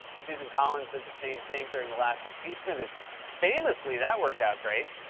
susan collins said the same thing during the last impeachment and famously that worked out great.